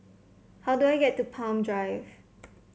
how do I get to Palm Drive